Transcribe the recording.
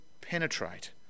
penetrate